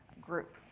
group